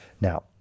Now